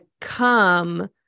come